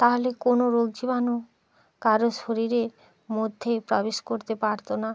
তাহলে কোনও রোগ জীবাণু কারো শরীরের মধ্যে প্রবেশ করতে পারতো না